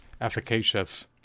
efficacious